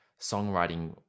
songwriting